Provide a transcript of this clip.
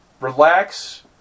relax